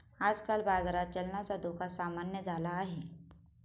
आजकाल बाजारात चलनाचा धोका सामान्य झाला आहे